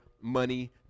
money